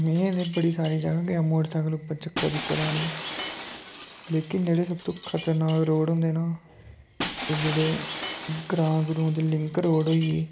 में ते बड़े सारे जगह् गेआ मोटरसाईकल उप्पर चक्कर चुक्कर लाने लेकिन जेह्ड़े सब तो खतरनाक रोड़ होंदे न एह् जेह्डे ग्रांऽ ग्रुं दे लिंक रोड़ होई गे